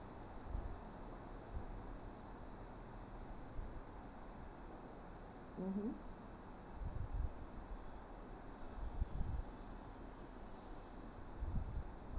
mmhmm